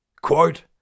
quote